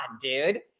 dude